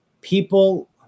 people